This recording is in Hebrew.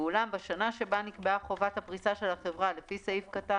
ואולם בשנה שבה נקבעה חובת הפריסה של החברה לפי סעיף 14ב,